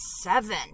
seven